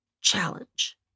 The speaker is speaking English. challenge